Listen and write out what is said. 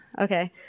Okay